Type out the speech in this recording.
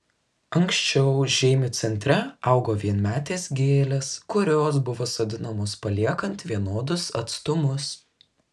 anksčiau žeimių centre augo vienmetės gėlės kurios buvo sodinamos paliekant vienodus atstumus